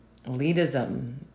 elitism